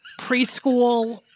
preschool